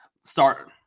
Start